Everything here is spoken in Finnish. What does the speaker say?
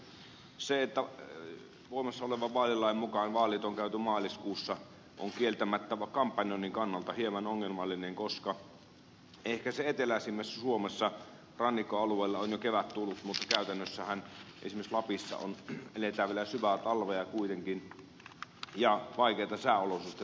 se että voimassa olevan vaalilain mukaan vaalit on käyty maaliskuussa on kieltämättä kampanjoinnin kannalta hieman ongelmallinen koska ehkä eteläisimmässä suomessa rannikkoalueilla on jo kevät tullut mutta käytännössähän esimerkiksi lapissa eletään vielä syvää talvea kuitenkin ja vaikeita sääolosuhteita monessa tapauksessa